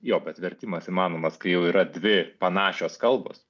jo bet vertimas įmanomas kai jau yra dvi panašios kalbos